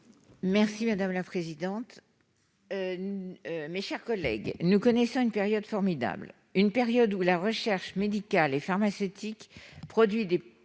Annie Delmont-Koropoulis. Mes chers collègues, nous connaissons une période formidable : une période où la recherche médicale et pharmaceutique produit des